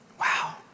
Wow